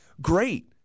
great